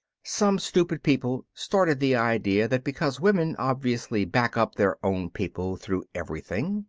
some stupid people started the idea that because women obviously back up their own people through everything,